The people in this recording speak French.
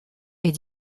est